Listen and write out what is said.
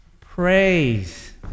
Praise